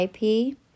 IP